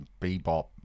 bebop